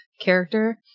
character